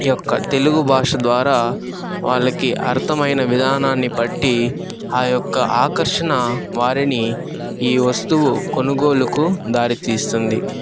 యొక్క తెలుగు భాష ద్వారా వాళ్ళకి అర్ధమైన విధానాన్ని పట్టి ఆ యొక్క ఆకర్షణ వారిని ఈ వస్తువు కొనుగోలుకు దారితీస్తుంది